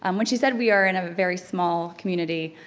um when she said we are in a very small community,